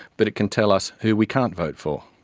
but it can tell us who we can't vote for.